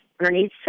underneath